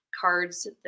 cards